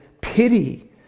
pity